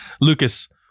Lucas